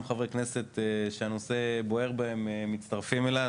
חברי כנסת שהנושא בוער בהם שמצטרפים אלי.